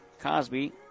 Cosby